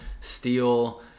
steel